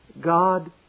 God